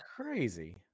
Crazy